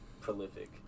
prolific